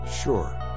sure